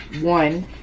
one